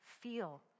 feel